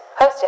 Hosted